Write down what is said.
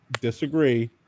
disagree